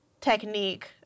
technique